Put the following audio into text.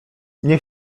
nie